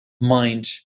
mind